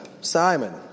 Simon